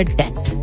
death